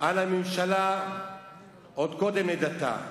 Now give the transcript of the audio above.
על הממשלה עוד קודם לידתה,